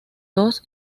dos